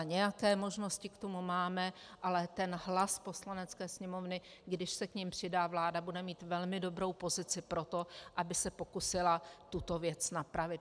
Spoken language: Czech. Nějaké možnosti k tomu máme, ale hlas Poslanecké sněmovny, když se k nim přidá vláda, bude mít velmi dobrou pozici pro to, aby se pokusila tuto věc napravit.